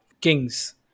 Kings